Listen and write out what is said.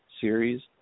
series